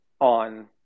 on